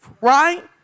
right